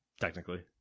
Technically